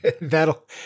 That'll